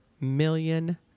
million